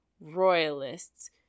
royalists